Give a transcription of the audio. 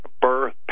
birth